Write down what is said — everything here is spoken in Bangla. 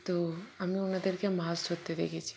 তো আমি ওনাদেরকে মাছ ধরতে দেখেছি